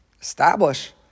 Establish